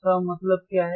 इसका मतलब क्या है